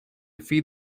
feed